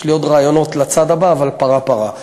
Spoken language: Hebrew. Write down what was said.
יש לי עוד רעיונות לצעד הבא, אבל פרה פרה.